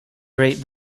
great